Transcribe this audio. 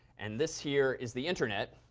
and this here is the internet.